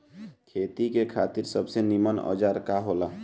खेती करे खातिर सबसे नीमन औजार का हो ला?